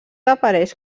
apareix